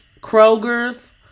Kroger's